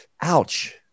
Ouch